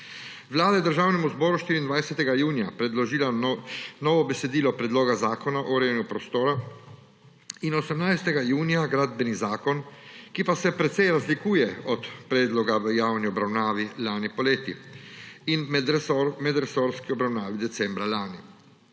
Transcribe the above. Vlada je Državnemu zboru 24. junija predložila novo besedilo predloga zakona o urejanju prostora in 18. junija gradbeni zakon, ki pa se precej razlikuje od predloga v javni obravnavi lani poleti in medresorski obravnavi decembra lani.